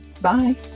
Bye